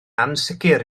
ansicr